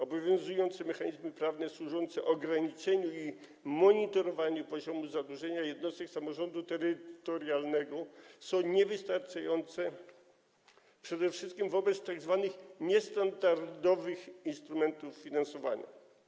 Obowiązujące mechanizmy prawne służące ograniczeniu i monitorowaniu poziomu zadłużenia jednostek samorządu terytorialnego są niewystarczające przede wszystkim wobec tzw. niestandardowych instrumentów finansowania.